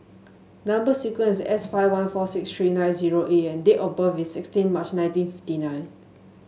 number sequence S five one four six three nine zero A and date of birth is sixteen March nineteen fifty nine